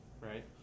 right